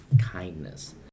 kindness